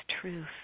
truth